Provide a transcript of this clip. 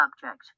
subject